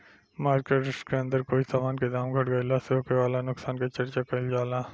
market risk के अंदर कोई समान के दाम घट गइला से होखे वाला नुकसान के चर्चा काइल जाला